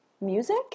music